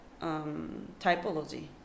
typology